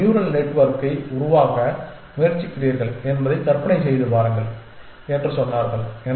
ஒரு நியூரல் நெட்வொர்க்கை உருவாக்க முயற்சிக்கிறீர்கள் என்பதை கற்பனை செய்து பாருங்கள் என்று சொன்னார்கள்